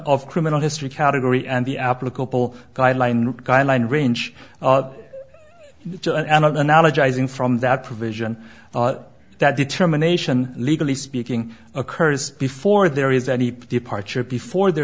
of criminal history category and the applicable guideline guideline range and analogizing from that provision that determination legally speaking occurs before there is any departure before there